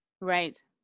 Right